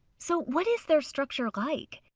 so what is their structure like?